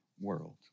world